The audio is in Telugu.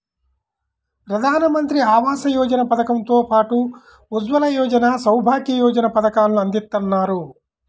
ప్రధానమంత్రి ఆవాస యోజన పథకం తో పాటు ఉజ్వల యోజన, సౌభాగ్య యోజన పథకాలను అందిత్తన్నారు